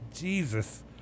Jesus